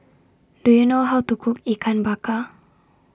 Do YOU know How to Cook Ikan Bakar